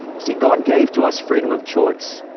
see, god gave to us freedom of choice.